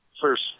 first